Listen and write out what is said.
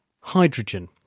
hydrogen